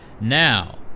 Now